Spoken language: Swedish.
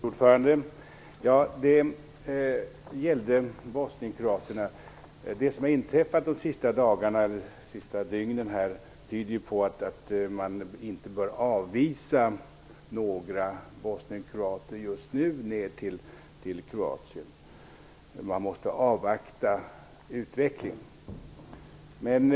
Fru talman! Det gäller bosnienkroaterna. Det som har inträffat under de senaste dygnen tyder på att man just nu inte bör avvisa några bosnienkroater ner till Kroatien utan att man måste avvakta utvecklingen.